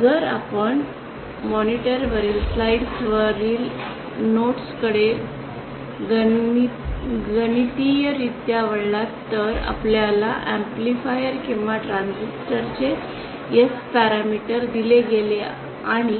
जर आपण मॉनिटरवरील स्लाईड्सवरील नोट्सकडे गणितीयरित्या वळलात जर आपल्याला एम्प्लिफायर किंवा ट्रान्सिस्टरचे एस मापदंड दिले गेले आणि